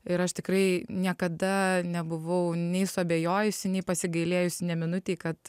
ir aš tikrai niekada nebuvau nei suabejojusi nei pasigailėjusi nė minutei kad